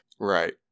Right